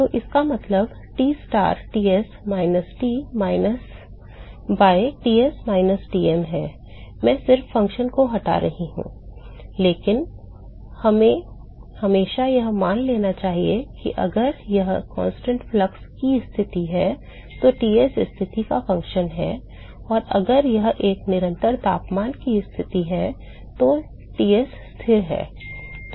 तो इसका मतलब T star Ts minus T by Ts minus T m है मैं सिर्फ फंक्शनल को हटा रहा हूं लेकिन हमें हमेशा यह मान लेना चाहिए कि अगर यह स्थिर फ्लक्स की स्थिति है तो Ts स्थिति का फ़ंक्शन है और अगर यह है एक निरंतर तापमान की स्थिति है तो Ts स्थिर है